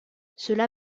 cela